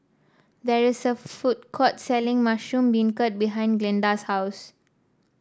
there is a food court selling Mushroom Beancurd behind Glenda's house